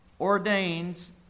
ordains